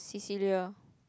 Cecilia